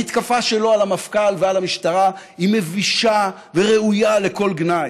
המתקפה שלו על המפכ"ל ועל המשטרה היא מבישה וראויה לכל גנאי.